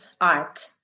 art